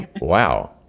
wow